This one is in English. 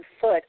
foot